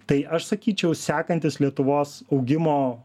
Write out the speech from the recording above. tai aš sakyčiau sekantis lietuvos augimo